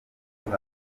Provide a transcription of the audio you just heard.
zayo